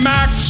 Max